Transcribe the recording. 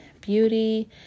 Beauty